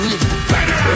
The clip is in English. Better